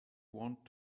want